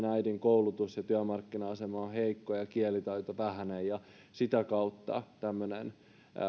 äidin koulutus ja työmarkkina asema ovat heikkoja ja kielitaito vähäinen ja sitä kautta tämmöinen